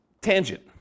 tangent